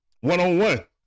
one-on-one